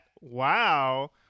Wow